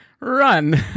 run